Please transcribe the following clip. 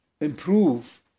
improve